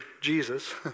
Jesus